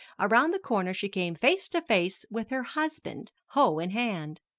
around the corner she came face to face with her husband, hoe in hand.